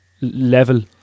level